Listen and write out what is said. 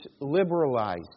liberalized